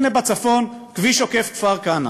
הנה, בצפון, כביש עוקף כפר-כנא